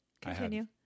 Continue